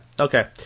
okay